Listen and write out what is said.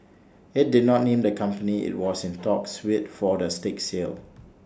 IT did not name the company IT was in talks with for the stake sale